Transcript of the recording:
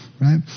right